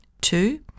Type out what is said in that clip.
Two